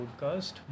podcast